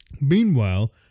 Meanwhile